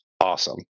awesome